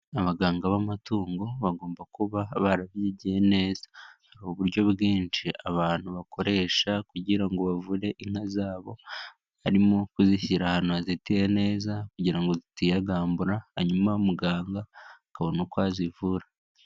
Abaganga b'amatungo bagomba kuba barabyigiye neza. Hari uburyo bwinshi abantu bakoresha kugira ngo bavure inka zabo. Harimo kuzishyira ahantu hazitiye neza kugira ngo zitinyagambura hanyuma muganga akabona uko azivura.